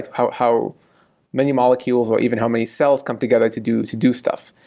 how how many molecules or even how many cells come together to do to do stuff.